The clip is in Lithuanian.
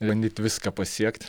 bandyt viską pasiekt